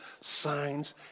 signs